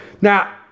Now